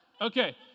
Okay